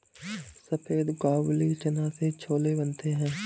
सफेद काबुली चना से छोले बनते हैं